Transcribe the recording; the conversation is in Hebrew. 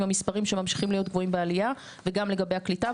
עם המספרים שממשיכים להיות גבוהים בעלייה וגם לגבי הקליטה,